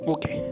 Okay